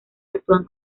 actúan